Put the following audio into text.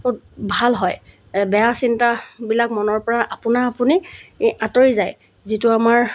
বহুত ভাল হয় বেয়া চিন্তাবিলাক মনৰপৰা আপোনা আপুনি আঁতৰি যায় যিটো আমাৰ